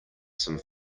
some